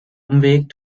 umweg